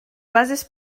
bases